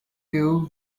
blew